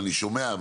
ואני שומע,